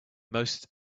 most